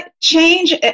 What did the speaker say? change